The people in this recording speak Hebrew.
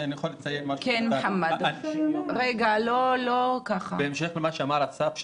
אני יכול לציין משהו קטן בהמשך למה שאמר אסף,